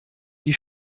die